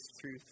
truth